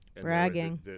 Bragging